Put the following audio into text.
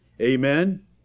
Amen